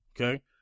okay